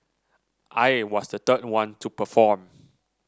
I was the third one to perform